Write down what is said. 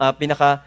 pinaka